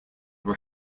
were